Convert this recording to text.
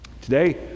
Today